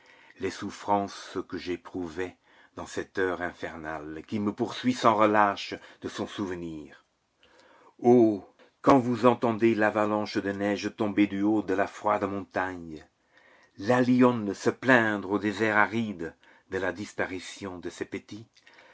les souffrances que j'éprouvai dans cette heure infernale qui me poursuit sans relâche de son souvenir oh quand vous entendez l'avalanche de neige tomber du haut de la froide montagne la lionne se plaindre au désert aride de la disparition de ses petits